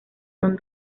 son